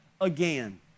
again